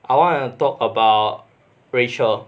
I wanna talk about rachel